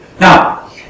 Now